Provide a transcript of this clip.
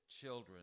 Children